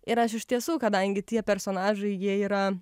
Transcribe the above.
ir aš iš tiesų kadangi tie personažai jie yra